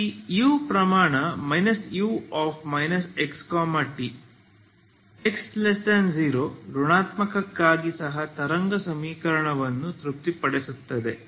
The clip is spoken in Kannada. ಈ u ಪ್ರಮಾಣ u xt x0 ಋಣಾತ್ಮಕಕ್ಕಾಗಿ ಸಹ ತರಂಗ ಸಮೀಕರಣವನ್ನು ತೃಪ್ತಿಪಡಿಸುತ್ತದೆ